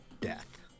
death